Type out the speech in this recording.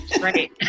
Right